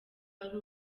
ari